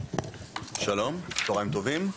שלום, צהריים טובים,